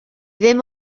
ddim